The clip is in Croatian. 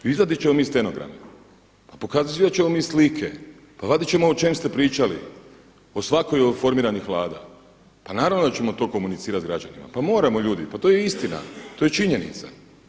Izvadit ćemo mi stenograme, pa pokazivat ćemo mi slike, pa vadit ćemo o čem ste pričali o svakoj od formiranih vlada, pa naravno da ćemo to komunicirati s građanima, pa moramo ljudi, pa to je istina to je činjenica.